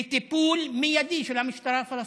וטיפול מיידי של המשטרה הפלסטינית.